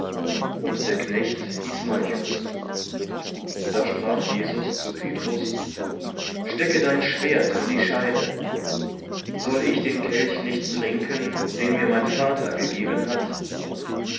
und der knecht hieß malchus da sprach jesus zu petrus stecke dein schwert in die scheide soll ich den kelch nicht trinken den mir mein vater gegeben hat